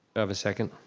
have a second?